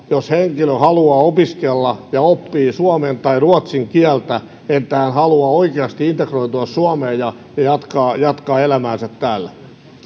jos henkilö haluaa opiskella ja oppii suomen tai ruotsin kieltä se osoittaa että hän haluaa oikeasti integroitua suomeen ja jatkaa jatkaa elämäänsä täällä